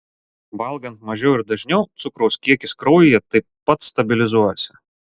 valgant mažiau ir dažniau cukraus kiekis kraujyje taip pat stabilizuojasi